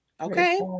Okay